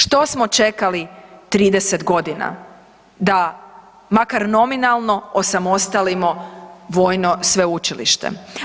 Što smo čekali 30 godina da makar nominalno osamostalimo vojno sveučilište.